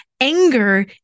Anger